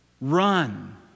run